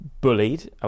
bullied